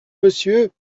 monsieur